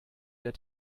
der